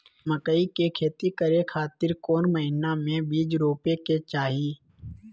मकई के खेती करें खातिर कौन महीना में बीज रोपे के चाही?